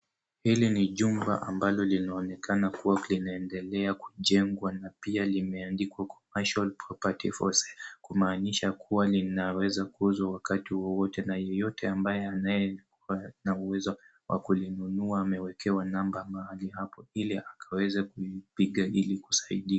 Hili ni jumba ambalo linaonekana kuwa linaendelea kujengwa na pia limeandikwa, commercial property for sale, kumaanisha kuwa linaweza kuuzwa wakati wowote na yeyote ambaye anayekuwa na uwezo wa kulinunua amewekewa namba mahali hapo ili aweze kuipiga ili kusaidiwa.